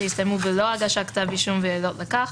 שהסתיימו בלא הגשת כתב אישום והעילות לכך,